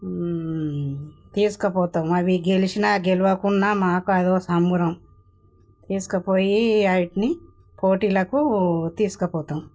తీసుకుపోతాము అవి గెలిచినా గెలవకున్నా మాకు అదొ సంబరం తీసుకుపోయి అయిటిని పోటీలకు తీసుకుపోతాం